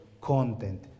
content